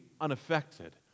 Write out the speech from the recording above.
unaffected